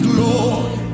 Glory